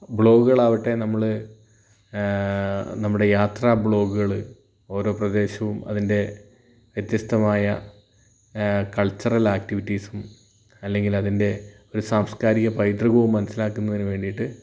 ബ്ലോഗുകളാവട്ടെ നമ്മൾ നമ്മുടെ യാത്ര ബ്ലോഗുകൾ ഓരോ പ്രദേശവും അതിൻ്റെ വ്യത്യസ്ഥമായ കൾച്ചറൽ ആക്ടിവിറ്റീസും അല്ലെങ്കിൽ അതിൻ്റെ ഒരു സാംസ്ക്കാരിക പൈതൃകവും മനസ്സിലാക്കുന്നതിന് വേണ്ടിയിട്ട്